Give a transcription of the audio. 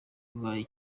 bubaye